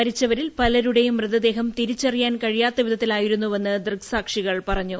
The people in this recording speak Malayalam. മരിച്ചവരിൽ പലരുടെയും മൃതദേഹം തിരിച്ചറിയാൻ കഴിയാത്ത വിധത്തിലായിരുന്നെന്ന് ദൃക്സാക്ഷികൾ പറഞ്ഞു